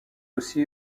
aussi